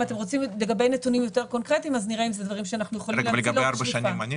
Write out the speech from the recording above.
ולגבי ארבע שנים ענית?